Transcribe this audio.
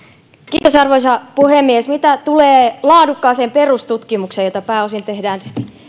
kiitos arvoisa puhemies mitä tulee laadukkaaseen perustutkimukseen jota pääosin tehdään